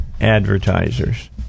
advertisers